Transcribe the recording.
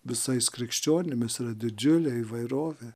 visais krikščionimis yra didžiulė įvairovė